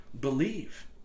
believe